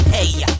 Hey